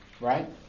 right